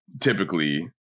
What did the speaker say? typically